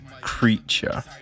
creature